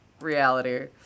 reality